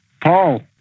Paul